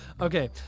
okay